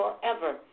forever